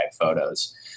photos